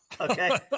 Okay